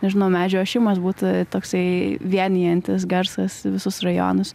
nežinau medžių ošimas būtų toksai vienijantis garsas visus rajonus